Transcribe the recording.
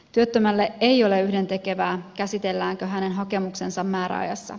työttömälle ei ole yhdentekevää käsitelläänkö hänen hakemuksensa määräajassa